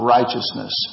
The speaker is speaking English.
Righteousness